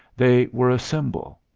they were a symbol.